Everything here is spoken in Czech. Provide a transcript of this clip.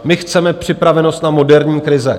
My chceme připravenost na moderní krize.